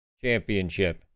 championship